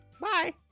bye